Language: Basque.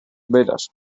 beraz